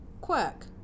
quirk